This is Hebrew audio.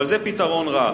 אבל זה פתרון רע.